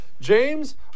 James